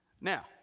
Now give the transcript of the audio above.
Now